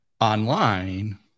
online